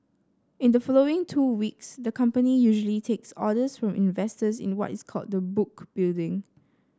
in the following two weeks the company usually takes orders from investors in what is called the book building